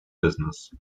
business